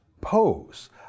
pose